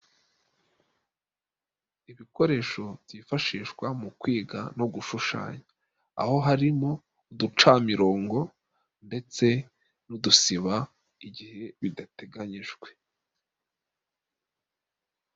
Ibikoresho byifashishwa mu kwiga no gushushanya aho harimo: uducamirongo, ndetse n'udusiba igihe bidateganyijwe.